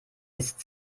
ist